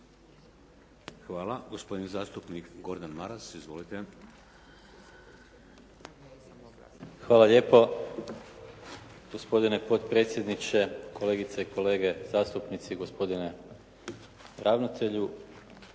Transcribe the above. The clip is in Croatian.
Hvala. Gospodin zastupnik Gordan Maras. Izvolite. **Maras, Gordan (SDP)** Hvala lijepo. Gospodine potpredsjedniče, kolegice i kolege zastupnici, gospodine ravnatelju.